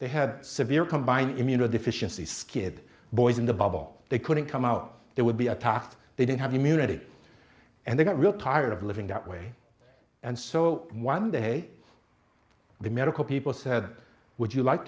they had severe combined immunodeficiency skid boys in the bubble they couldn't come out they would be attacked they didn't have immunity and they got real tired of living that way and so one day the medical people said would you like